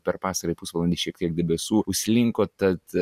per pastarąjį pusvalandį šiek tiek debesų užslinko tad